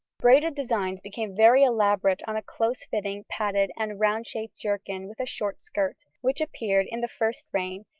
braided designs became very elaborate on a close-fitting, padded, and round-shaped jerkin with a short skirt, which appeared in the first reign,